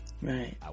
Right